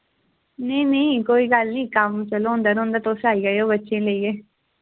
नेईं नेईं कोई गल्ल निं कम्म चलो होंदी रौंह्दा तुस आई जायो बच्चे लेइयै